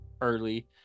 early